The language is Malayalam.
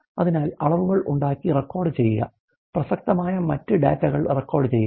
അതിനാൽ അളവുകൾ ഉണ്ടാക്കി റെക്കോർഡുചെയ്യുക പ്രസക്തമായ മറ്റ് ഡാറ്റകൾ റെക്കോർഡുചെയ്യുക